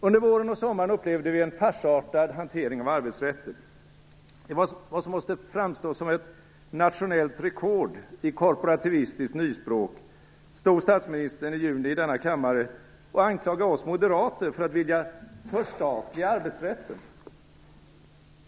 Under våren och sommaren upplevde vi en farsartad hantering av arbetsrätten. Med vad som måste framstå som ett nationellt rekord i korporativistiskt nyspråk stod statsministern i juni i denna kammare och anklagade oss moderater för att vilja "förstatliga arbetsrätten".